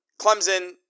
Clemson